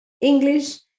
English